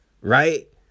right